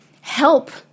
help